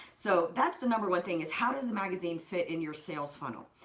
so that's the number one thing is, how does the magazine fit in your sales funnel?